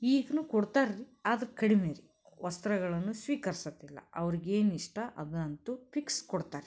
ಈಗಲೂ ಕೊಡ್ತಾರೆ ರೀ ಆದ್ರ ಕಡಿಮೆ ರೀ ವಸ್ತ್ರಗಳನ್ನು ಸ್ವೀಕರಿಸೋದಿಲ್ಲ ಅವ್ರಿಗೇನು ಇಷ್ಟ ಅದನ್ನಂತೂ ಫಿಕ್ಸ್ ಕೊಡ್ತಾರೆ ರೀ